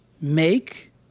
make